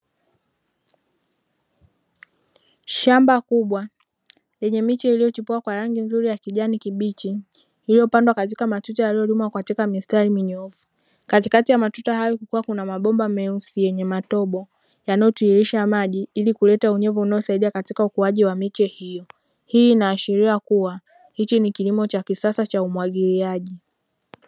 Shamba kubwa lenye miche iliyochipua kwa rangi nzuri ya kijani kibichi, iliyopandwa katika matuta yaliyolimwa katika mistari minyoofu, katikati ya matuta hayo kukiwa na mabomba meusi yenye matobo yanayotiririsha maji ili kuleta unyevu unaosaidia katika ukuaji wa miche hiyo. Hii inaashiria kuwa hiki ni kilimo cha kisasa cha umwagiliaji.